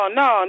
no